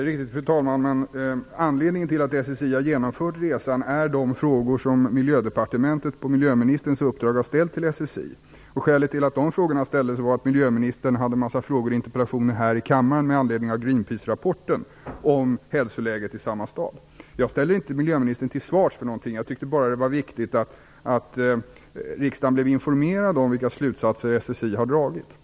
Fru talman! Det är riktigt, men anledningen till att SSI har genomfört resan är de frågor som Miljödepartementet på miljöministerns uppdrag har ställt till SSI. Skälet till att de frågorna ställdes var att miljöministern hade en massa frågor och interpellationer här i kammaren med anledning av Greenpeacerapporten om hälsoläget i samma stad. Jag ställer inte miljöministern till svars för någonting. Jag tyckte bara att det var viktigt att riksdagen blev informerad om vilka slutsatser SSI har dragit.